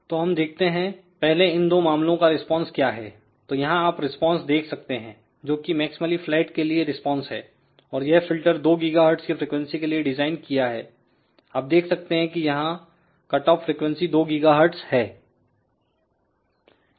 तो हम देखते हैं पहले इन दो मामलों का रिस्पांस क्या है तो यहां आप रिस्पांस देख सकते हैं जो कि मैक्स मली फ्लैट के लिए रिस्पांस है और यह फिल्टर 2गीगाहर्टज की फ्रीक्वेंसी के लिए डिजाइन किया हैआप देख सकते हैं कि यहां कट ऑफ फ्रीक्वेंसी 2 गीगाहर्टज है